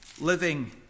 Living